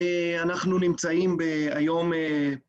אנחנו נמצאים היום...